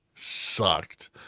Sucked